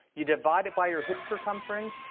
you divide it by your hip circumference,